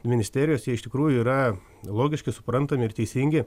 ministerijos jie iš tikrųjų yra logiški suprantami ir teisingi